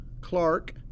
Clark